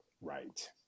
right